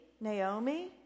Naomi